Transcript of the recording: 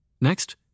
Next